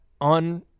on